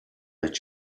let